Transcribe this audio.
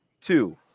two